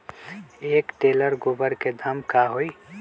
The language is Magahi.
एक टेलर गोबर के दाम का होई?